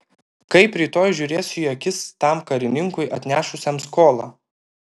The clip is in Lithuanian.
kaip rytoj žiūrėsiu į akis tam karininkui atnešusiam skolą